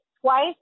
twice